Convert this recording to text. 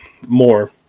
more